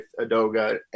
Adoga